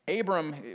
Abram